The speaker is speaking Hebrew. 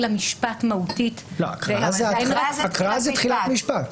המשפט מהותית --- הקראה היא תחילת משפט.